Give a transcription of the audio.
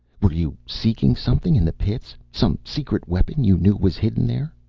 were you seeking something, in the pits? some secret weapon you knew was hidden there?